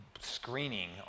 screening